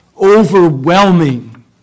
overwhelming